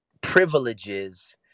privileges